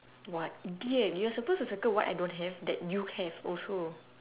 what idiot you're suppose to circle what I don't have that you have also